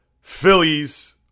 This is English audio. Phillies